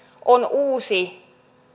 on uusi